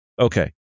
Okay